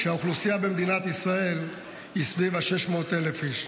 כשהאוכלוסייה במדינת ישראל היא סביב 600,000 איש.